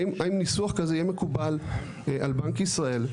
האם ניסוח כזה יהיה מקובל על בנק ישראל?